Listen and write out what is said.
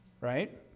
Right